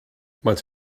maent